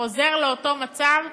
חוזר לאותו מצב,